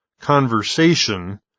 conversation